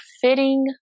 fitting